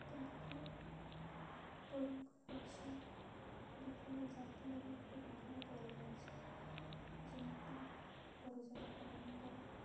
ତ ବିଭିନ୍ନ ପରମ୍ପରା ଅଛି ଆଉ ବିଭିନ୍ନ ଜାତିମାନଙ୍କର ବିଭିନ୍ନ ପର୍ବ ଅଛି ଯେମିତି ପରଜାଲୋକମାନଙ୍କର